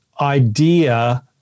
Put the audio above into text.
idea